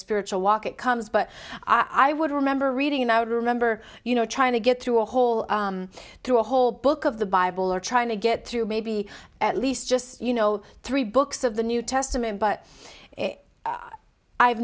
spiritual walk it comes but i would remember reading it now to remember you know trying to get through a hole through a whole book of the bible or trying to get through maybe at least just you know three books of the new testament but i've